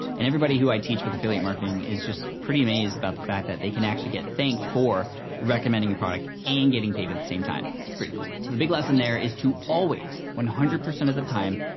and everybody who i teach with affiliate marketing is just pretty amazed about the fact that they can actually get thanked for recommending a product, and getting paid at the same time, it's pretty cool. so the big lesson there is to always one hundred percent of the time,